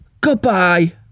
goodbye